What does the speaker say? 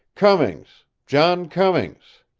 cummings john cummings.